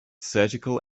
surgical